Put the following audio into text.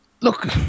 Look